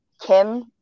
Kim